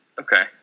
Okay